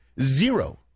zero